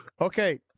Okay